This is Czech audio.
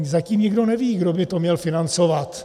Zatím nikdo neví, kdo by to měl financovat.